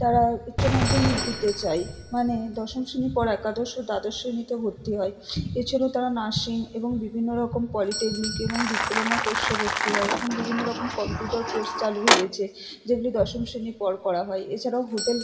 তারা উচ্চ মাধ্যমিক দিতে চায় মানে দশম শ্রেণীর পর একাদশ ও দ্বাদশ শ্রেণীতে ভর্তি হয় এছাড়াও তারা নার্সিং এবং বিভিন্ন রকম পলিটেকনিক এবং ডিপ্লোমা কোর্সে ভর্তি হয় এখন বিভিন্ন রকম কম্পিউটার কোর্স চালু হয়েছে যেগুলি দশম শ্রেণীর পর করা হয় এছাড়াও হোটেল